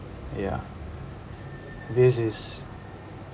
ya this is